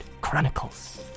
Chronicles